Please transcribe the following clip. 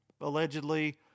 allegedly